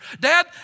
dad